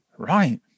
Right